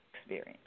experience